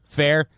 fair